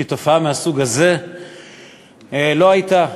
כי תופעה מהסוג הזה לא הייתה,